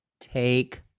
Take